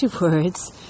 words